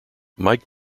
mike